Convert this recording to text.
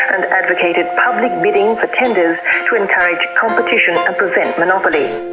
and advocated public bidding for tenders to encourage competition and prevent monopoly.